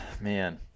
man